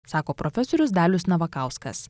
sako profesorius dalius navakauskas